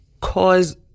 cause